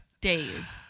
days